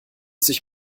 sich